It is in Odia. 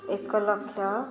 ଏକଲକ୍ଷ